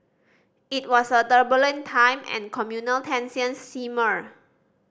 it was a turbulent time and communal tensions simmered